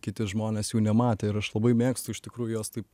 kiti žmonės jų nematė ir aš labai mėgstu iš tikrųjų juos taip